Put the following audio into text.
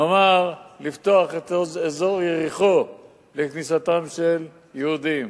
נאמר לפתוח את אזור יריחו לכניסת יהודים,